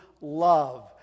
love